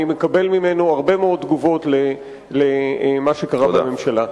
מקבל ממנו הרבה מאוד תגובות על מה שקרה בממשלה.